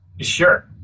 Sure